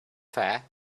fair